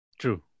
True